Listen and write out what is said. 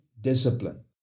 discipline